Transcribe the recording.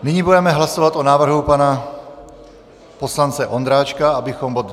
Nyní budeme hlasovat o návrhu pana poslance Ondráčka, abychom bod 253...